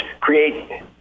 create